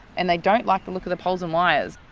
and they don't like the look of the poles and wires.